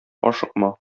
ашыкма